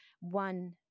One